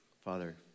Father